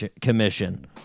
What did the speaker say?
Commission